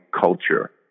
culture